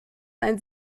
ein